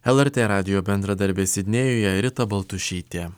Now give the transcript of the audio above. lrt radijo bendradarbė sidnėjuje rita baltušytė